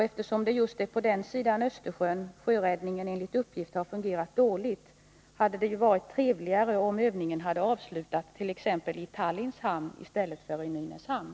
Eftersom det är på just den sidan av Östersjön som sjöräddningen har fungerat dåligt, hade det varit bättre om övningen hade avslutats t.ex. i Tallinns hamn i stället för i Nynäshamn.